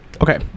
okay